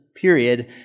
period